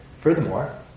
furthermore